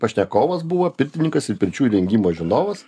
pašnekovas buvo pirtininkas ir pirčių rengimo žinovas